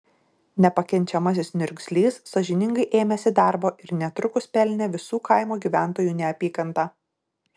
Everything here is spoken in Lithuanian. nepakenčiamasis niurgzlys sąžiningai ėmėsi darbo ir netrukus pelnė visų kaimo gyventojų neapykantą